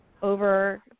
over